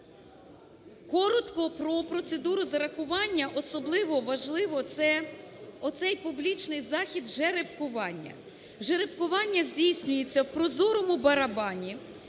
Коротко про процедуру зарахування. Особливо важливо цей публічний захід жеребкування. Жеребкування здійснюється в прозорому барабані,